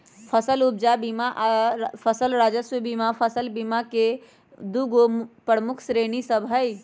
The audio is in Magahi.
फसल उपजा बीमा आऽ फसल राजस्व बीमा फसल बीमा के दूगो प्रमुख श्रेणि सभ हइ